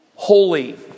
Holy